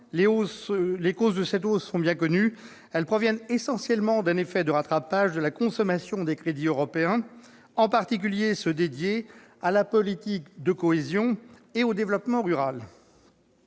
Les causes de cette hausse sont bien connues. Elles tiennent essentiellement à un effet de rattrapage de la consommation des crédits européens, en particulier de ceux dédiés à la politique de cohésion et au développement rural.